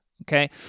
Okay